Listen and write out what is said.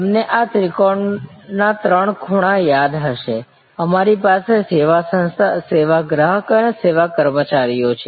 તમને આ ત્રિકોણના ત્રણ ખૂણા યાદ હશે અમારી પાસે સેવા સંસ્થા સેવા ગ્રાહક અને સેવા કર્મચારીઓ છે